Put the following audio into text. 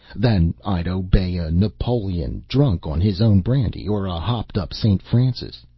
than i'd obey a napoleon drunk on his own brandy or a hopped-up st. francis.